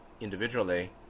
individually